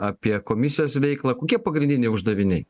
apie komisijos veiklą kokie pagrindiniai uždaviniai